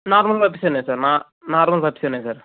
నార్మల్గా వచ్చేసేయినాయి సార్ నా నార్మల్గా వచ్చేసేయినాయి సార్